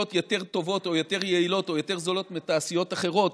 יותר טובות או יותר יעילות או יותר זולות מתעשיות אחרות,